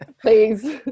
Please